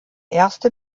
erste